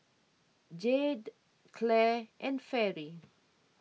Jayde Clare and Fairy